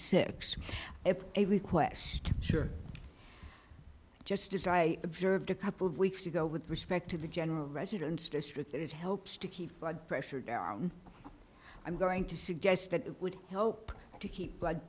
six if a request sure just as i observed a couple of weeks ago with respect to the general residence district it helps to keep blood pressure down i'm going to suggest that it would help to keep blood